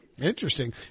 Interesting